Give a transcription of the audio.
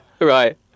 Right